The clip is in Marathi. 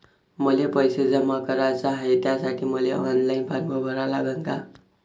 मले पैसे जमा कराच हाय, त्यासाठी मले ऑनलाईन फारम भरा लागन का?